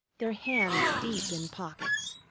their hands deep in pockets.